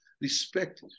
respect